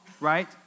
right